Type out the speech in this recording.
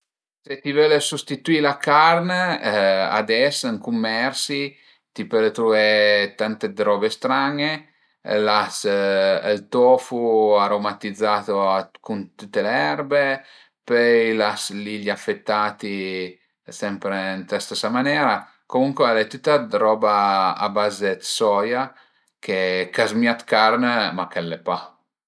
Se ti völe sustituì la carn ades ën cumersi ti pöle truvé tante roba stran-e, l'as ël tofu aromatizzato cun tüte le erbe, pöi l'as li gli affettati sempre ën la stesa manera, comuncue al e tüta dë roba a baze dë soia ch'a zmìa carn, ma che al e pa